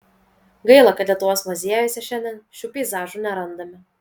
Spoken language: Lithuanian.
gaila kad lietuvos muziejuose šiandien šių peizažų nerandame